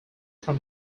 from